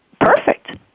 perfect